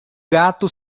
gato